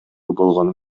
болгон